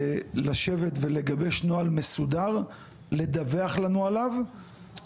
לשבת ולגבש נוהל מסודר ולדווח לנו עליו.